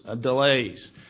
delays